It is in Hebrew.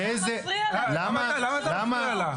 למה אתה מפריע לה?